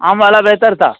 आम वाला बेहतर था